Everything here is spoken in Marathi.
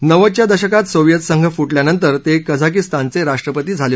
नव्वदच्या दशकात सोव्हियत संघ फु ल्यानंतर ते कझाखस्थानचे राष्ट्रपती झाले